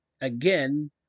again